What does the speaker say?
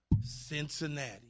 Cincinnati